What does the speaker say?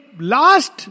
last